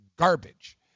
garbage